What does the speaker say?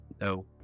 No